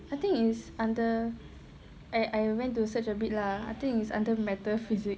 I think is under I I went to search a bit lah I think is under metaphysics